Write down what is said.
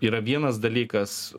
yra vienas dalykas